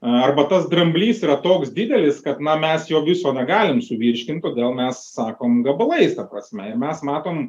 arba tas dramblys yra toks didelis kad na mes jo viso negalim suvirškint todėl mes sakom gabalais ta prasme ir mes matom